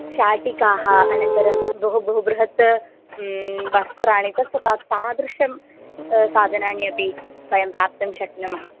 शाटिकाः अनन्तरं बहु बहुबृहत् वस्त्राणि तस्य ता तादृशं साधनानि अपि वयं प्राप्तुं शक्नुमः